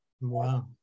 Wow